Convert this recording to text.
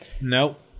Nope